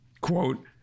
quote